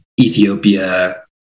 Ethiopia